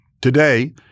Today